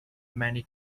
many